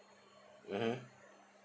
mmhmm